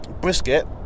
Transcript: brisket